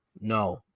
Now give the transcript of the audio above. no